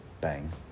bang